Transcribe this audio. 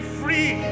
free